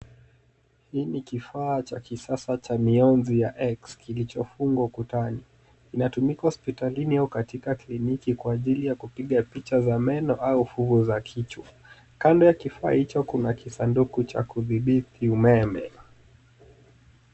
Hii ni kifaa cha kisasa cha mionzi ya x kilichofungwa ukutani. Kinatumika hospitalini au katika kliniki kwa ajili ya kupiga picha za meno au fugo za kichwa. Kando ya kifaa hicho kuna kisanduku cha kudhibiti umeme.